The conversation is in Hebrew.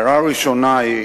ההערה הראשונה היא